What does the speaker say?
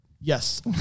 Yes